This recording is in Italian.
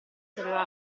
sapeva